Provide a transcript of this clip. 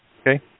Okay